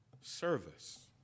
service